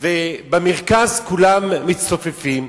ובמרכז כולם מצטופפים,